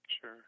sure